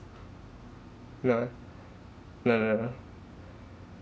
no no no no no